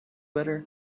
better